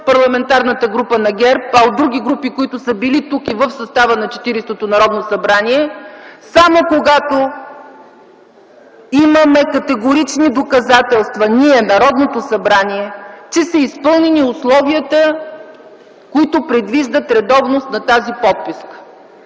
Парламентарната група на ГЕРБ, а от други парламентарни групи, които са били тук в състава на 40-то Народно събрание, само когато имаме категорични доказателства – ние, Народното събрание, че са изпълнени условията, които предвиждат редовност на тази подписка.